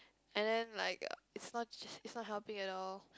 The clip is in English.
and then like uh it's not it's it's not helping at all